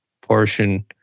portion